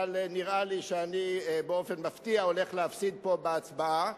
אבל נראה לי שאני באופן מפתיע הולך להפסיד פה בהצבעה,